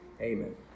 Amen